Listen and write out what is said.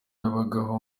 yabagaho